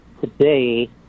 today